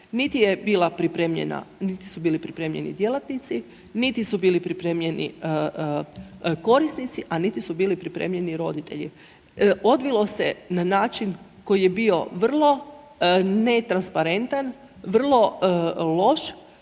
niti su bili pripremljeni djelatnici, niti su bili pripremljeni korisnici a niti su bili pripremljeni roditelji. Odvilo se na način koji je bio vrlo netransparentan, vrlo loš